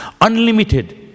unlimited